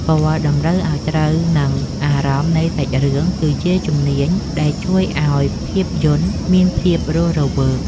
ពណ៌តម្រូវឱ្យត្រូវនឹងអារម្មណ៍នៃសាច់រឿងគឺជាជំនាញដែលជួយឱ្យភាពយន្តមានភាពរស់រវើក។